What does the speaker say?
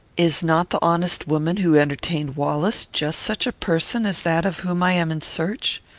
is not the honest woman, who entertained wallace, just such a person as that of whom i am in search?